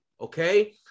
okay